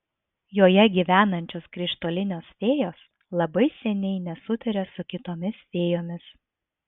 joje gyvenančios krištolinės fėjos labai seniai nesutaria su kitomis fėjomis